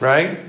Right